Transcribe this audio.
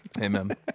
amen